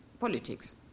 politics